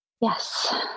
yes